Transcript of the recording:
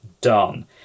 Done